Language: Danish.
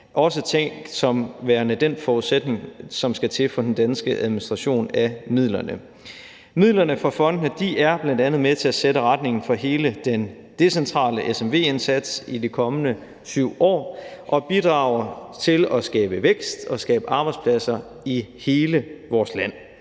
også tænkt som værende den forudsætning, som skal til, for den danske administration af midlerne. Midlerne fra fondene er bl.a. med til at sætte retningen for hele den decentrale SMV-indsats i de kommende 7 år og bidrager til at skabe vækst og skabe arbejdspladser i hele vores land.